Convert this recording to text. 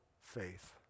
faith